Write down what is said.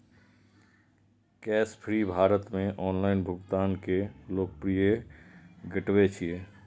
Cashfree Bharat मे online भुगतान के लोकप्रिय गेटवे छियै